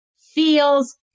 feels